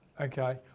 Okay